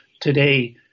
today